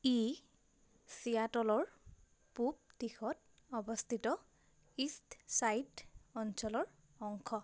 ই ছিয়াটলৰ পূব দিশত অৱস্থিত ইষ্ট ছাইড অঞ্চলৰ অংশ